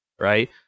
right